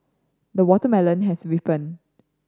the watermelon has ripened